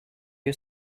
you